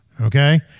Okay